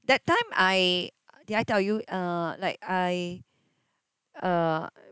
that time I did I tell you uh like I uh